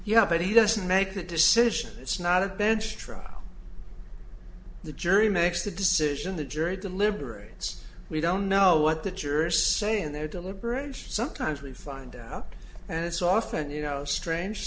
have but he doesn't make the decision it's not a bench trial the jury makes the decision the jury deliberates we don't know what the jurors say in their deliberations sometimes we find out and it's often you know strange